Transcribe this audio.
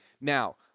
now